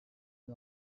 new